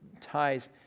ties